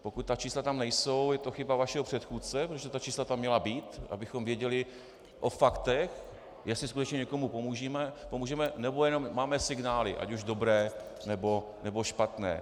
Pokud ta čísla tam nejsou, je to chyba vašeho předchůdce, protože ta čísla tam měla být, abychom věděli o faktech, jestli skutečně někomu pomůžeme, nebo jenom máme signály, ať už dobré, nebo špatné.